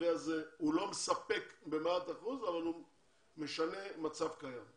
המתווה הזה הוא לא מספק במאה אחוזים אבל הוא משנה מצב קיים.